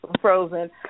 frozen